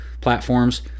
platforms